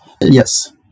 Yes